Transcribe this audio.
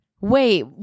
wait